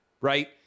right